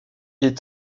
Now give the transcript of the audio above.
est